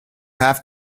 have